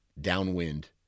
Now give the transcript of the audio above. downwind